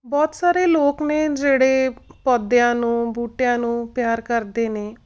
ਬਹੁਤ ਸਾਰੇ ਲੋਕ ਨੇ ਜਿਹੜੇ ਪੌਦਿਆਂ ਨੂੰ ਬੂਟਿਆਂ ਨੂੰ ਪਿਆਰ ਕਰਦੇ ਨੇ